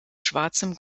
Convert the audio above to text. schwarzem